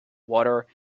water